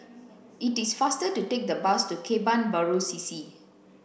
it is faster to take the bus to Kebun Baru C C